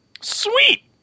Sweet